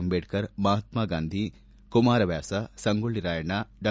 ಅಂಬೇಡ್ತರ್ ಮಹಾತ್ನ ಗಾಂಧಿ ಕುಮಾರವ್ನಾಸ ಸಂಗೊಳ್ಳಿ ರಾಯಣ್ಣ ಡಾ